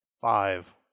Five